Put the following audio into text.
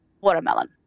watermelon